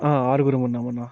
ఆరుగురుము ఉన్నాము అన్నా